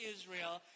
Israel